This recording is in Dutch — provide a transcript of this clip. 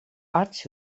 arts